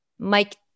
Mike